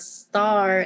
star